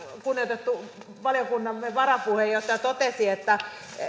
kunnioitettu valiokuntamme varapuheenjohtaja totesi että